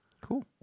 Cool